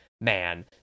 man